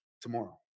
Tomorrow